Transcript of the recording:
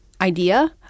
idea